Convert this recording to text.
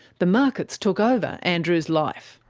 the markets took over andrew's life.